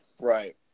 Right